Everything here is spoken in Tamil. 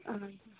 இது